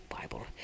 Bible